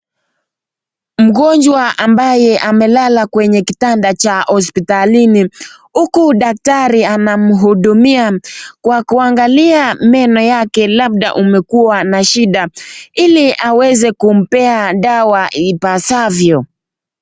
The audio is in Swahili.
Mgonjwa ambaye amelala kwenye kitanda cha hospitalini huku daktari anamhudumia kwa kuangalia meno yake labda umekuwa na shida ili aweze kumpea dawa ipasavyo.